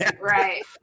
Right